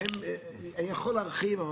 אני יכול להרחיב,